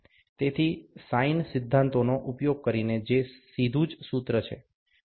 તેથી સાઇન સિદ્ધાંતોનો ઉપયોગ કરીને તે સીધુ જ સૂત્ર છે